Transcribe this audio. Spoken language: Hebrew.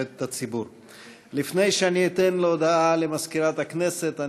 לפני שאתן רשות להודעה למזכירת הכנסת,